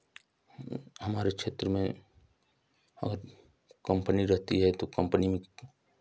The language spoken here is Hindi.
हमारे क्षेत्र में कंपनी रहती है तो कंपनी में